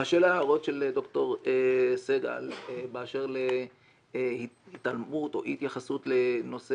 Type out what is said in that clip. באשר להערות של דוקטור סגל באשר להתעלמות או אי התייחסות לנושא